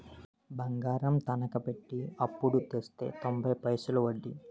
బంగారం తనకా పెట్టి అప్పుడు తెస్తే తొంబై పైసలే ఒడ్డీ